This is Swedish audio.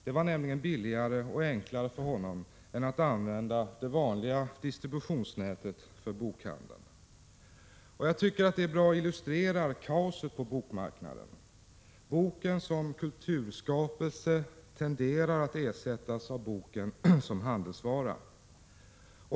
Det var billigare och enklare för honom än att använda det vanliga distributionsnätet för bokhandeln. Jag tycker att det på ett bra sätt illustrerar kaoset på bokmarknaden. Boken som kulturskapelse tenderar att ersättas av boken som handelsvara.